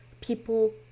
people